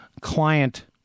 client